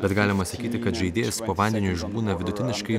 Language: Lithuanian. bet galima sakyti kad žaidėjas po vandeniu išbūna vidutiniškai